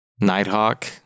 Nighthawk